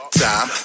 time